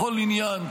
בכל עניין,